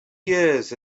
years